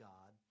God